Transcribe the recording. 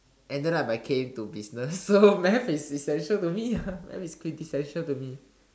ended up I came to business so math is essential to me math is math is critical to me